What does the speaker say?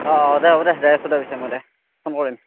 অ অ দে হ'ব দে যাই আছোঁ দে ফোন কৰিম